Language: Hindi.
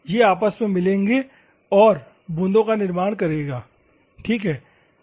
यह आपस में मिलेंगे और बूंदों का निर्माण करेगा ठीक है